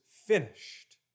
finished